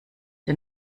der